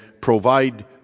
provide